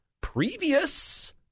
previous